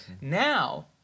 Now